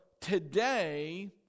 today